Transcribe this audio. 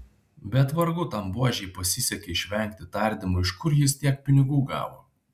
bet vargu tam buožei pasisekė išvengti tardymų iš kur jis tiek pinigų gavo